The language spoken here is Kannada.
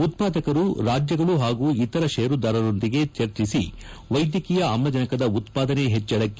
ಉತ್ತಾದಕರು ರಾಜ್ಯಗಳು ಹಾಗೂ ಇತರ ಶೇರುದಾರರೊಂದಿಗೆ ಚರ್ಚಿಸಿ ವೈದ್ಯಕೀಯ ಆಮ್ಲಜನಕದ ಉತ್ತಾದನೆ ಪೆಜ್ಞಳಕ್ಕೆ